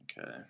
Okay